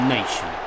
Nation